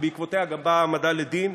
שבעקבותיה גם באה העמדה לדין,